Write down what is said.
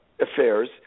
Affairs –